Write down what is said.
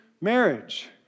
marriage